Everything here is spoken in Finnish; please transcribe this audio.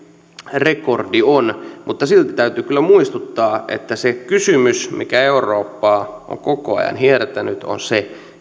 rekordi mutta silti täytyy kyllä muistuttaa että se kysymys mikä eurooppaa on koko ajan hiertänyt on se